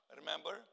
remember